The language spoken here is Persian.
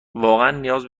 نیاز